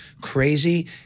crazy